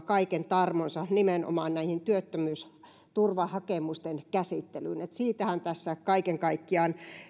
kaiken tarmonsa nimenomaan näiden työttömyysturvahakemusten käsittelyyn siitähän tässä kaiken kaikkiaan